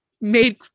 Made